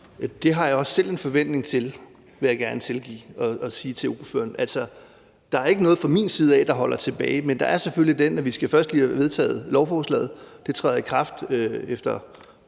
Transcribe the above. Det har jeg også selv en forventning om, vil jeg gerne sige til ordføreren. Altså, der er ikke noget fra min side, der holder det tilbage, men der er selvfølgelig det, at vi først lige skal have vedtaget lovforslaget. Loven træder efter